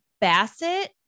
Basset